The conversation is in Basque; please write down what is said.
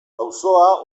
auzoa